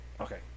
Okay